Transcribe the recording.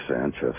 Sanchez